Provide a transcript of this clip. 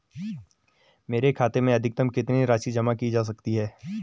मेरे खाते में अधिकतम कितनी राशि जमा की जा सकती है?